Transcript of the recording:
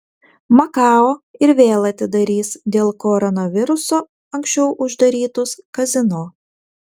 makao ir vėl atidarys dėl koronaviruso anksčiau uždarytus kazino